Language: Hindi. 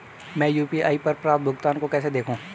मैं यू.पी.आई पर प्राप्त भुगतान को कैसे देखूं?